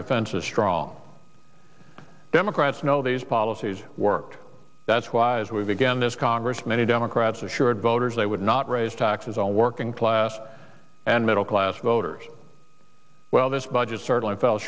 defenses strong democrats know these policies work that's why as we began this congress many democrats assured voters they would not raise taxes on working class and middle class voters well this budget certainly fell